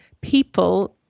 people